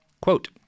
Quote